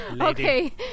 Okay